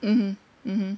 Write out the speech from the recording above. mmhmm mmhmm